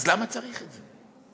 אז למה צריך את זה?